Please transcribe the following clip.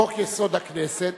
הכנסת